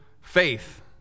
faith